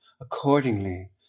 Accordingly